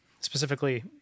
specifically